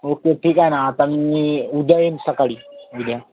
okay ठीक आहे ना आता मी उद्या येईन सकाळी उद्या